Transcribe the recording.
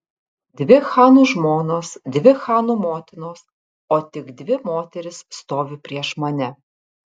dvi chanų žmonos dvi chanų motinos o tik dvi moterys stovi prieš mane